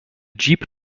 jeep